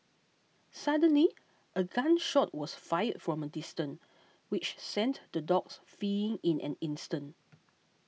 suddenly a gun shot was fired from a distance which sent the dogs fleeing in an instant